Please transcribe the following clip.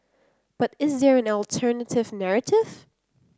but is there an alternative narrative